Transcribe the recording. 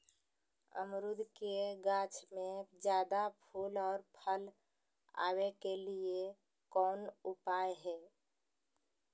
अमरूद के गाछ में ज्यादा फुल और फल आबे के लिए कौन उपाय है?